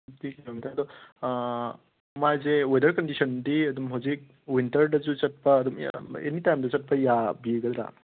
twenty kilometre ꯑꯗꯣ ꯃꯥꯏꯁꯦ weather ꯀꯟꯗꯤꯁꯟꯗꯤ ꯑꯗꯨꯝ ꯍꯧꯖꯤꯛ ꯋꯤꯟꯇꯔꯗꯁꯨ ꯆꯠꯄ ꯑꯗꯨꯝ ꯑꯦꯅꯤꯇꯥꯏꯝꯗ ꯆꯠꯄ ꯌꯥꯕꯤꯒꯗ꯭ꯔꯥ